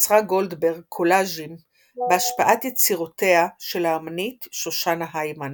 יצרה גולדברג קולאז'ים בהשפעת יצירותיה של האמנית שושנה היימן.